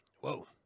Whoa